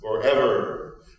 forever